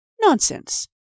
Nonsense